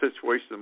situation